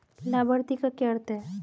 लाभार्थी का क्या अर्थ है?